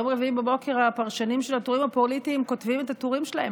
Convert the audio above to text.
ביום רביעי בבוקר הפרשנים של הטורים הפוליטיים כותבים את הטורים שלהם.